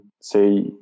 say